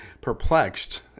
perplexed